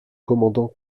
commandant